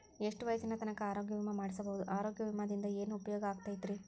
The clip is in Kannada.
ಎಷ್ಟ ವಯಸ್ಸಿನ ತನಕ ಆರೋಗ್ಯ ವಿಮಾ ಮಾಡಸಬಹುದು ಆರೋಗ್ಯ ವಿಮಾದಿಂದ ಏನು ಉಪಯೋಗ ಆಗತೈತ್ರಿ?